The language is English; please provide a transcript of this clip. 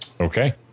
Okay